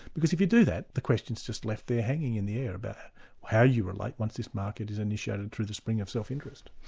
because if you do that, the question's just left there hanging in the air about how you relate once this market is initiated through the spring of self-interest.